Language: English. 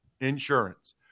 insurance